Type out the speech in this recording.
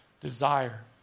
desire